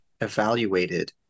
evaluated